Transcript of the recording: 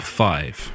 five